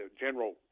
general